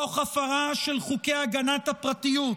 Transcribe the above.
תוך הפרה של חוקי הגנת הפרטיות,